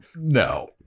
no